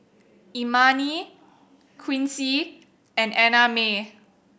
Imani Quincy and Annamae